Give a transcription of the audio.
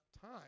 time